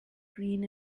green